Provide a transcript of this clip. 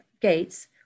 gates